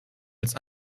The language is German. als